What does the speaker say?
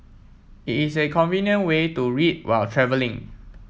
it is a convenient way to read while travelling